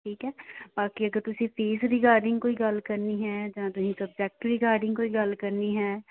ਠੀਕ ਹੈ ਬਾਕੀ ਅਗਰ ਤੁਸੀਂ ਫੀਸ ਰਿਗਾਰਡਿੰਗ ਕੋਈ ਗੱਲ ਕਰਨੀ ਹੈ ਜਾਂ ਤੁਸੀਂ ਸਬਜੈਕਟ ਰਿਗਾਰਡਿੰਗ ਕੋਈ ਗੱਲ ਕਰਨੀ ਹੈ